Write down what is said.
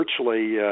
virtually